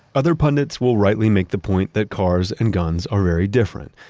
other pundits will rightly make the point that cars and guns are very different.